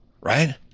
Right